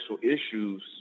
issues